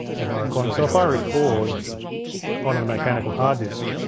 there's my recording. so if i record onto the mechanical hard disk,